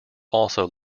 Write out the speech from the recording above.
also